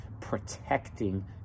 protecting